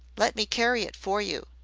let me carry it for you,